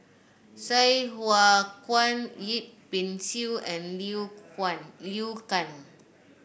Sai Hua Kuan Yip Pin Xiu and Liu Huan Liu Kang